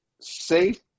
safe